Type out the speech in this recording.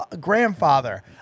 grandfather